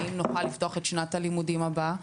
האם נוכל לפתוח את שנת הלימודים הבאה,